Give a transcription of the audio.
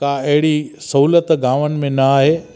का अहिड़ी सहुलियत गामनि में न आहे